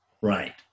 Right